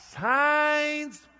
Signs